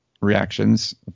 reactions